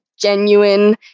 genuine